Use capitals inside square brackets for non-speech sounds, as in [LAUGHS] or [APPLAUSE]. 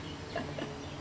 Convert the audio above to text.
[LAUGHS]